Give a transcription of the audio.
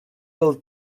del